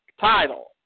title